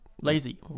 lazy